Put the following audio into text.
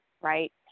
right